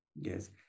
yes